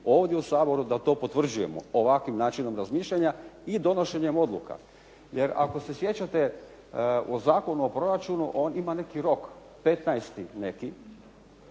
ovdje u Saboru da to potvrđujemo ovakvim načinom razmišljanja i donošenjem odluka. Jer ako se sjećate u Zakonu o proračunu ima neki rok, 15. neki